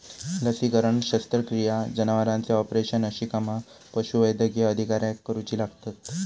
लसीकरण, शस्त्रक्रिया, जनावरांचे ऑपरेशन अशी कामा पशुवैद्यकीय अधिकाऱ्याक करुची लागतत